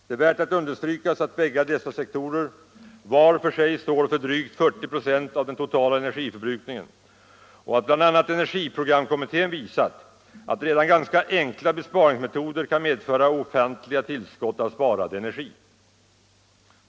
Det är värt att understryka att bägge dessa sektorer var för sig står för drygt 40 96 av den totala energiförbrukningen och att bl.a. energiprogramkommittén visat att redan ganska enkla besparingsmetoder kan medföra ofantliga tillskott av sparad energi.